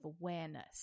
awareness